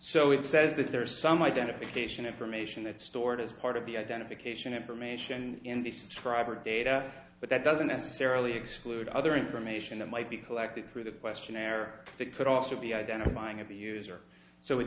so it says that there is some identification information that's stored as part of the identification information in the subscriber data but that doesn't necessarily exclude other information that might be collected through the questionnaire that could also be identifying of the user so it